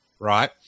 right